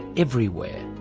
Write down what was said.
everywhere?